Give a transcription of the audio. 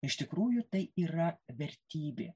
iš tikrųjų tai yra vertybė